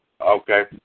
okay